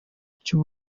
cy’u